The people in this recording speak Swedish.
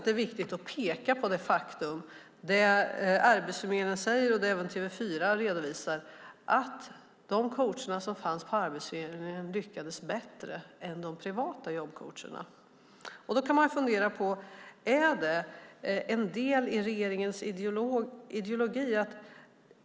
Det är viktigt att peka på det Arbetsförmedlingen säger och även TV4 redovisar. De coacher som fanns på Arbetsförmedlingen lyckades bättre än de privata jobbcoacherna. Man kan fundera på om det är en del i regeringens ideologi.